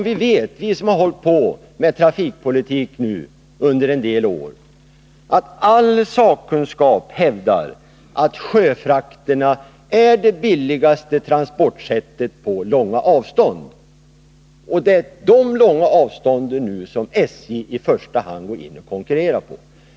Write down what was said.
Vi som har hållit på med trafikpolitik under en del år vet att all sakkunskap hävdar att sjöfrakter är det billigaste transportsättet på långa avstånd, men det är i första hand på de långa avstånden som SJ nu går in och konkurrerar.